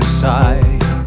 side